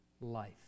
life